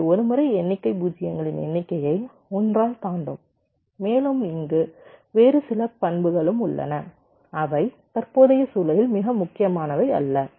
எனவே ஒருமுறை எண்ணிக்கை பூஜ்ஜியங்களின் எண்ணிக்கையை 1 ஆல் தாண்டும் மேலும் இங்கு வேறு சில பண்புகளும் உள்ளன அவை தற்போதைய சூழலில் மிக முக்கியமானவை அல்ல